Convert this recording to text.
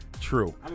True